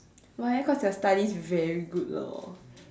why eh cause your studies very good lor